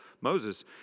Moses